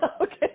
Okay